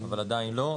אבל עדיין לא.